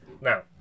Now